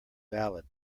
valid